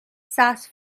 sauce